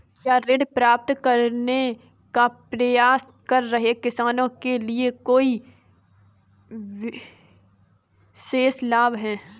क्या ऋण प्राप्त करने का प्रयास कर रहे किसानों के लिए कोई विशेष लाभ हैं?